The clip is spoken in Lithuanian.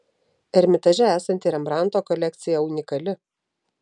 ermitaže esanti rembrandto kolekcija unikali